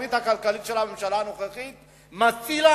התוכנית הכלכלית של הממשלה הנוכחית מצילה